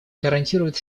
гарантирует